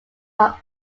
are